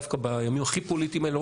דווקא בימים הכי פוליטיים האלה לא